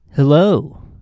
Hello